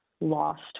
lost